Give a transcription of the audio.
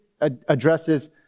addresses